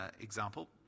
example